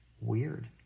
weird